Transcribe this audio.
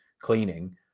cleaning